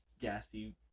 Gassy